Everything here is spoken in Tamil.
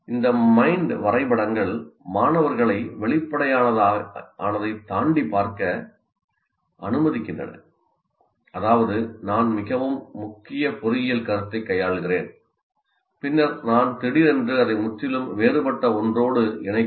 மைண்ட் வரைபடங்கள் மாணவர்களை வெளிப்படையானதைத் தாண்டிப் பார்க்க அனுமதிக்கின்றன அதாவது நான் மிகவும் முக்கிய பொறியியல் கருத்தை கையாள்கிறேன் பின்னர் நான் திடீரென்று அதை முற்றிலும் வேறுபட்ட ஒன்றோடு இணைக்க முடியும்